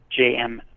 JM